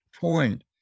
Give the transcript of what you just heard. point